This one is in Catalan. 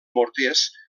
morters